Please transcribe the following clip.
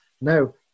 No